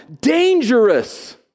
dangerous